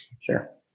Sure